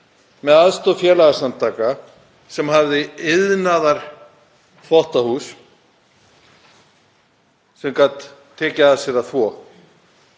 með aðstoð félagasamtaka sem höfðu iðnaðarþvottahús sem gat tekið að sér að þvo.